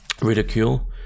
ridicule